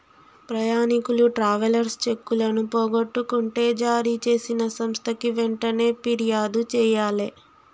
ప్రయాణీకులు ట్రావెలర్స్ చెక్కులను పోగొట్టుకుంటే జారీచేసిన సంస్థకి వెంటనే పిర్యాదు జెయ్యాలే